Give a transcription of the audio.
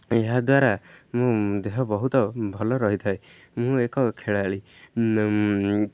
ଏହା ଦ୍ୱାରା ମୋ ଦେହ ବହୁତ ଭଲ ରହିଥାଏ ମୁଁ ଏକ ଖେଳାଳି